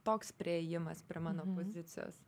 toks priėjimas prie mano pozicijos